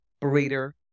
breeder